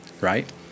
right